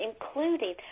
including